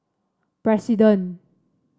president